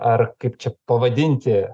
ar kaip čia pavadinti